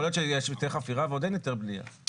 יכול להיות שיש היתר חפירה ועוד אין היתר בנייה.